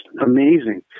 amazing